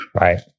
Right